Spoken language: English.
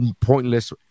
pointless